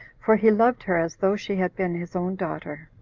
for he loved her as though she had been his own daughter.